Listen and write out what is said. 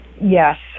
Yes